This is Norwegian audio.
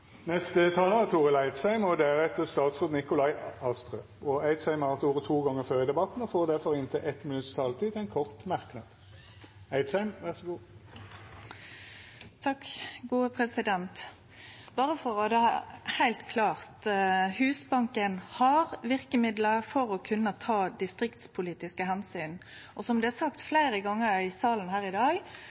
Eidsheim har hatt ordet to gonger tidlegare og får ordet til ein kort merknad, avgrensa til 1 minutt. Berre for å få det heilt klart: Husbanken har verkemiddel til å kunne ta distriktspolitiske omsyn. Som det er sagt fleire gonger i salen her i dag,